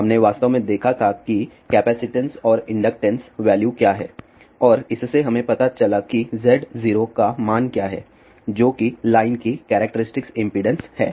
हमने वास्तव में देखा था कि कैपेसिटेंस और इंडक्टेंस वैल्यू क्या हैं और इससे हमें पता चला कि Z0 का मान क्या है जो कि लाइन की कैरेक्टरिस्टिक इम्पीडेन्स है